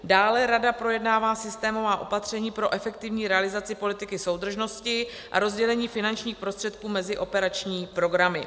Dále rada projednává systémová opatření pro efektivní realizaci politiky soudržnosti a rozdělení finančních prostředků mezi operační programy.